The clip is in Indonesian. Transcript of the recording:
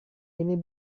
ini